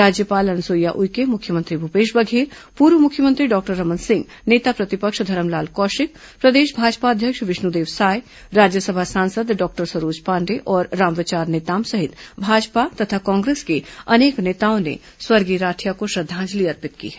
राज्यपाल अनुसुईया उइके मुख्यमंत्री भूपेश बघेल पूर्व मुख्यमंत्री डॉक्टर रमन सिंह नेता प्रतिपक्ष धरमलाल कौशिक प्रदेश भाजपा अध्यक्ष विष्णुदेव साय राज्यसभा सांसद डॉक्टर सरोज पांडेय और रामविचार नेताम सहित भाजपा तथा कांग्रेस के अनेक नेताओं ने स्वर्गीय राठिया को श्रद्धांजलि अर्पित की है